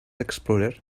explorer